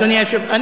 אדוני היושב-ראש,